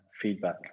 feedback